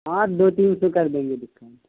ہاں دو تین سو کر دیں گے ڈسکاؤنٹ